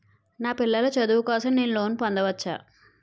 నా పిల్లల చదువు కోసం నేను లోన్ పొందవచ్చా?